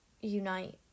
unite